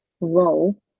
role